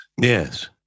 Yes